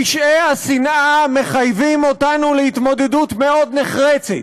פשעי שנאה מחייבים אותנו להתמודדות מאוד נחרצת,